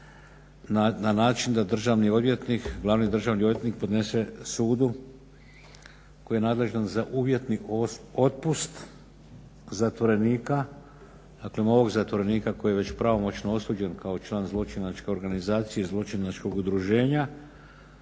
na način da Glavni državni odvjetnik podnese sudu koji je nadležan za uvjetni otpust zatvorenika, dakle ovog zatvorenika koji je već pravomoćno osuđen kao član zločinačke organizacije i zločinačkog udruženja